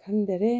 ꯈꯪꯗꯔꯦ